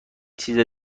چیز